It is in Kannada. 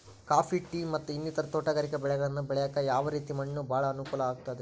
ಕಾಫಿ, ಟೇ, ಮತ್ತ ಇನ್ನಿತರ ತೋಟಗಾರಿಕಾ ಬೆಳೆಗಳನ್ನ ಬೆಳೆಯಾಕ ಯಾವ ರೇತಿ ಮಣ್ಣ ಭಾಳ ಅನುಕೂಲ ಆಕ್ತದ್ರಿ?